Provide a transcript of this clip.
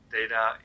data